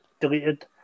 deleted